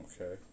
okay